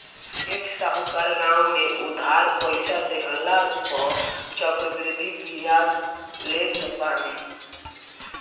सेठ साहूकार गांव में उधार पईसा देहला पअ चक्रवृद्धि बियाज लेत बाने